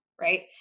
right